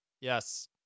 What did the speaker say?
Yes